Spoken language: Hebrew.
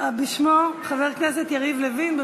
חבר הכנסת יריב לוין.